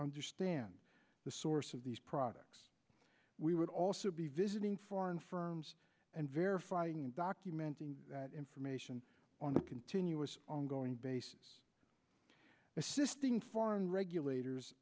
understand the source of these products we would also be visiting foreign firms and verifying and documenting that information on a continuous ongoing basis assisting foreign regulators